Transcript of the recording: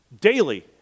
daily